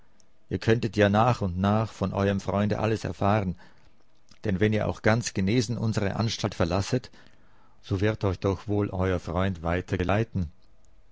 ihr könnet ja nach und nach von euerm freunde alles erfahren denn wenn ihr auch ganz genesen unsere anstalt verlasset so wird euch doch wohl euer freund